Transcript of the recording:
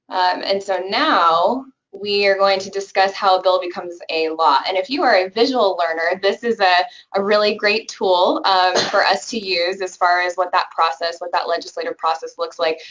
and so now we are going to discuss how a bill becomes a law. and if you are a visual learner, this is a a really great tool um for us to use as far as what that process, what that legislative process, looks like.